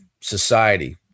society